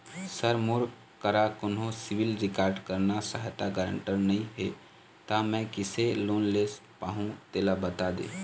sir मोर करा कोन्हो सिविल रिकॉर्ड करना सहायता गारंटर नई हे ता मे किसे लोन ले पाहुं तेला बता दे